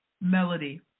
Melody